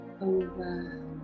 over